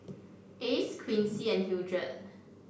Ace Quincy and Hildred